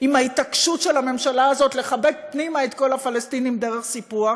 עם ההתעקשות של הממשלה הזאת לחבק פנימה את כל הפלסטינים דרך סיפוח,